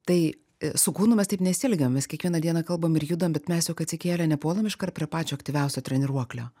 tai su kūnu mes taip nesielgiam mes kiekvieną dieną kalbam ir judam bet mes atsikėlę nepuolam iškart prie pačio aktyviausio treniruoklio